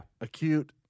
acute